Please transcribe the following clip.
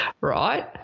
right